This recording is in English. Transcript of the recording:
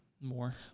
More